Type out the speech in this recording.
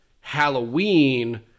Halloween